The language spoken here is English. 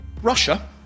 Russia